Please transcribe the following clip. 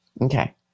Okay